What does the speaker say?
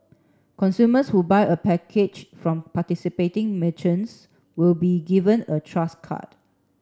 consumers who buy a package from participating merchants will be given a Trust card